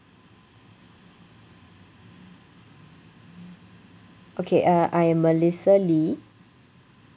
okay uh I'm melissa lee